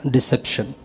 Deception